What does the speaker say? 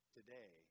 today